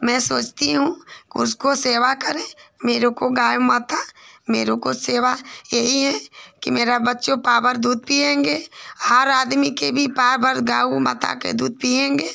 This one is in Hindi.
मैं सोचती हूँ कि उसकी सेवा करें मुझको गाय माता मुझको सेवा यही है कि मेरा बच्चों पाव भर दूध पिएँगे हर आदमी को भी पाव भर गऊ माता का दूध पिएँगे